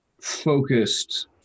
focused